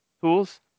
tools